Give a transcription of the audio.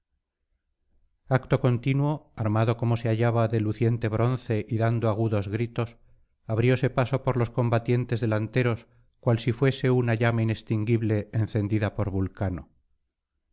acto continuo armado como se hallaba de luciente bronce y dando agudos gritos abrióse paso por los combatientes delanteros cual si fuese una llama inextinguible encendida por vulcano